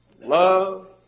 Love